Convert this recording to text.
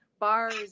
bars